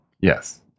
Yes